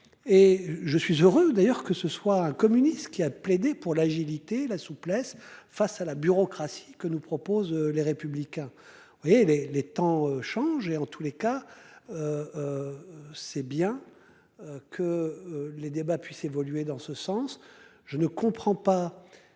Et je suis heureux d'ailleurs que ce soit communiste, qui a plaidé pour l'agilité, la souplesse, face à la bureaucratie que nous proposent les républicains. Oui les, les temps changent et en tous les cas. C'est bien. Que les débats puisse évoluer dans ce sens. Je ne comprends pas.